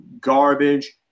garbage